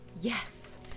Yes